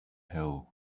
hill